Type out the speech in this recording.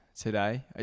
today